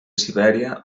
sibèria